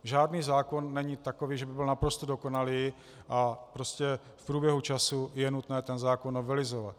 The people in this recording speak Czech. Žádný zákon není takový, že by byl naprosto dokonalý, a prostě v průběhu času je nutné ten zákon novelizovat.